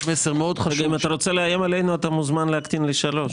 אם אתה רוצה לאיים עלינו, אתה מוזמן להקטין לשלוש.